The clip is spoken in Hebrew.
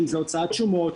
אם זה הוצאת שומות,